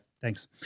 Thanks